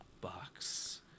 box